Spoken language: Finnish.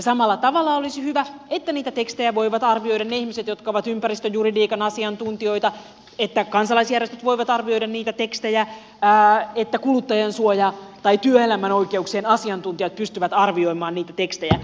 samalla tavalla olisi hyvä että niitä tekstejä voivat arvioida ne ihmiset jotka ovat ympäristöjuridiikan asiantuntijoita että kansalaisjärjestöt voivat arvioida niitä tekstejä että kuluttajansuojan tai työelämän oikeuksien asiantuntijat pystyvät arvioimaan niitä tekstejä